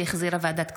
שהחזירה ועדת הכספים.